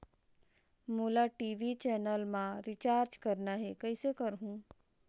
मोला TV channel मा recharge करना हे, कइसे करहुँ?